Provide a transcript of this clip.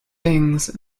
things